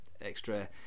extra